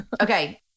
Okay